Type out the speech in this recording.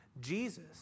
Jesus